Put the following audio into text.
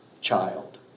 child